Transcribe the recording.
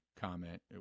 comment